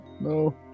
No